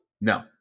No